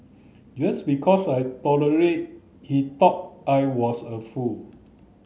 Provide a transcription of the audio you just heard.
just because I tolerate he thought I was a fool